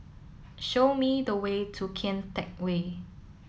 show me the way to Kian Teck Way